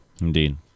Indeed